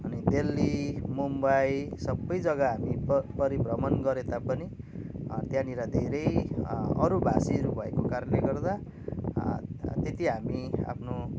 अनि दिल्ली मुम्बई सबै जग्गा हामी परिभ्रमण गरेता पनि त्यानिर धेरै अरू भाषीहरू भएको कारणले गर्दा त्यति हामी आफ्नो